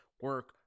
Work